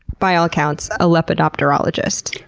by all accounts, a lepidopterologist.